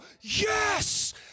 yes